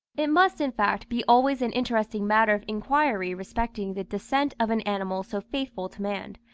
it must, in fact, be always an interesting matter of inquiry respecting the descent of an animal so faithful to man,